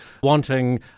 wanting